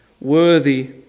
worthy